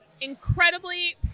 incredibly